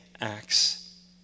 Acts